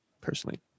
personally